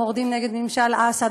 המורדים נגד ממשל אסד,